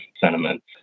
sentiments